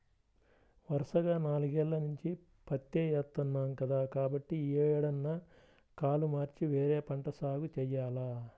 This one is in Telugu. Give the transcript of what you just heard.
వరసగా నాలుగేల్ల నుంచి పత్తే ఏత్తన్నాం కదా, కాబట్టి యీ ఏడన్నా కాలు మార్చి వేరే పంట సాగు జెయ్యాల